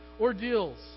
ordeals